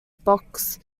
box